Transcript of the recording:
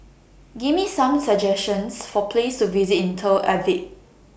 Give Me Some suggestions For Places to visit in Tel Aviv